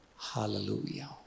Hallelujah